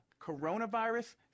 Coronavirus